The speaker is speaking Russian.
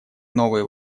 новые